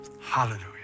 Hallelujah